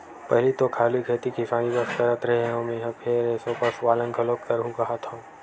पहिली तो खाली खेती किसानी बस करत रेहे हँव मेंहा फेर एसो पसुपालन घलोक करहूं काहत हंव